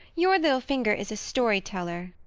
your little finger is a story-teller.